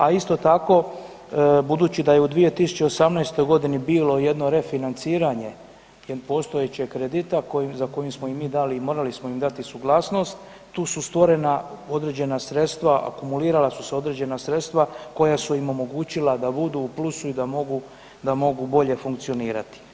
A isto tako budući da je u 2018. godini bilo jedno refinanciranje postojećeg kredita za koji smo im dali i morali smo im dati suglasnost, tu su stvorena određena sredstava, akumulirala su se određena sredstva koja su im omogućila da budu u plusu i da mogu, da mogu bolje funkcionirati.